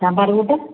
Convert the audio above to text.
സാമ്പാർ കൂട്ട്